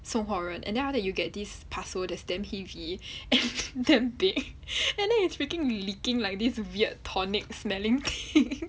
送货人 and then after that you get this parcel that's damn heavy and damn big and then it's freaking leaking like this weird tonic smelling thing